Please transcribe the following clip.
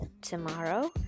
tomorrow